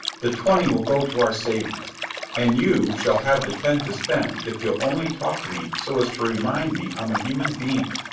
the twenty will go to our savings and you shall have the ten to spend if you'll only talk to me so as to remind me i'm a human being.